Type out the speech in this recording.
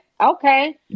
Okay